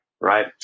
right